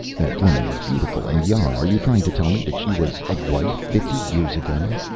that woman is beautiful and young. are you trying to tell me that she was a wife fifty years ago?